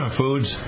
foods